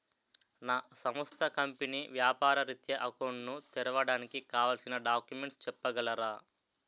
నా సంస్థ కంపెనీ వ్యాపార రిత్య అకౌంట్ ను తెరవడానికి కావాల్సిన డాక్యుమెంట్స్ చెప్పగలరా?